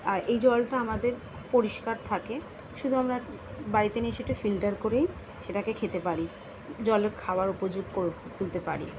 আর এই জলটা আমাদের পরিষ্কার থাকে শুদু আমরা বাড়িতে নিয়ে এসে একটু ফিল্টার করেই সেটাকে খেতে পারি জলের খাবার উপযুক্ত করে তুলতে পারি